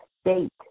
state